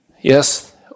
Yes